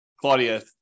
Claudia